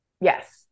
Yes